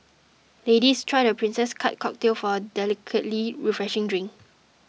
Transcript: ladies try the Princess Cut cocktail for a delicately refreshing drink